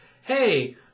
hey